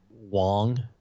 Wong